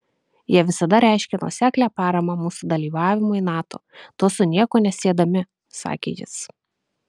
jie visada reiškė nuoseklią paramą mūsų dalyvavimui nato to su nieko nesiedami sakė jis